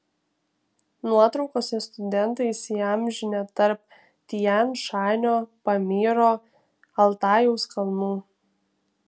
nuotraukose studentai įsiamžinę tarp tian šanio pamyro altajaus kalnų